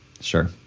Sure